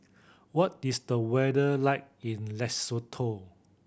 what is the weather like in Lesotho